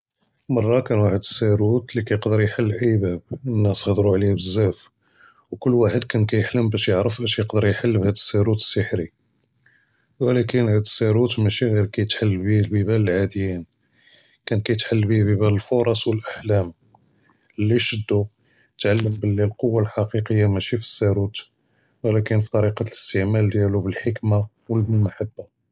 מרה כאן ואחד אלסירוט אלי ייכול יחל איי בבב, אלנאס הדרו עליו בזאף, ו קול ואחד כאן כיחלם באש יערף איש ייכול יחל בהאד אלסירוט אלסהרי. ולקין האד אלסירוט מאשי גור כיתחל בהא בד’יבאן אלעאדיין, כאן כיתחל בהא ד’יבאן אלפורס ואלאחלאם, ליל שודו יתעלמו בילי אלכ’ואה אלחקיקיה מאשי פי אלסירוט ולקין פי טריקה איסתעמאל דיאלו בלחכמה ואלמחבה.